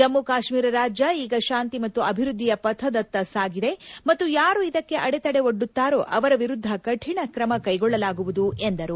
ಜಮ್ಮು ಕಾಶ್ಮೀರ ರಾಜ್ಯ ಈಗ ಶಾಂತಿ ಮತ್ತು ಅಭಿವ್ಬದ್ದಿಯ ಪತದತ್ತಾ ಸಾಗಿದೆ ಮತ್ತು ಯಾರು ಇದಕ್ಕೆ ಅಡೆತಡೆ ಒಡ್ಡುತ್ತಾರೋ ಅವರ ವಿರುದ್ದ ಕಠಿಣ ಕ್ರಮ ಕ್ಷೆಗೊಳ್ಳಲಾಗುವುದು ಎಂದರು